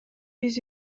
биз